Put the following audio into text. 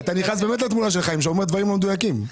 אתה נכנס לדמות של חיים שאומר פרטים לא מדויקים.